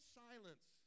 silence